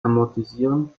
amortisieren